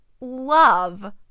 love